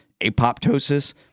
apoptosis